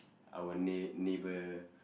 our neigh~ neighbour